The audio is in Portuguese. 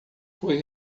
foi